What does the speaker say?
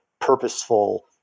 purposeful